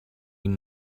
این